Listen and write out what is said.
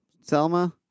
Selma